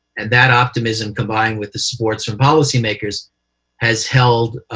and that optimism combined with the supports from policymakers has held